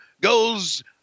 goes